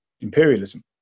imperialism